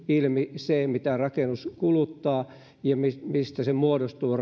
ilmi se mitä rakennus kuluttaa ja mistä mistä se muodostuu